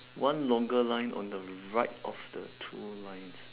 one longer line on the right of the two lines